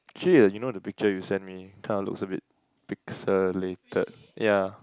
actually ah you know the picture you send me kinda looks a bit pixelated ya